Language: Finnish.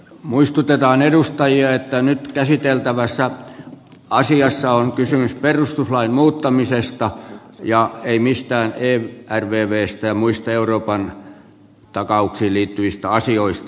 muistutetaan edustajia että nyt käsiteltävässä asiassa on kysymys perustuslain muuttamisesta eikä mistään ervvstä ja muista euroopan takauksiin liittyvistä asioista